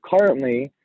currently